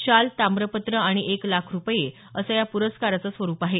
शाल ताप्रपत्र आणि एक लाख रुपये असं या प्रस्काराचं स्वरुप आहे